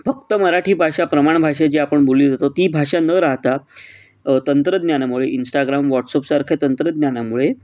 फक्त मराठी भाषा प्रमाण भाषा जी आपण बोलली जातो ती भाषा न राहता तंत्रज्ञानामुळे इंस्टाग्राम व्हॉट्सअपसारख्या तंत्रज्ञानामुळे